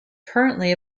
currently